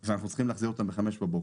בלילה ואנחנו צריכים להחזיר אותן בחמש מבוקר